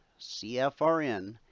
CFRN